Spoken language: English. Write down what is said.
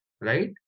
Right